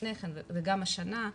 ולפני כן וגם השנה,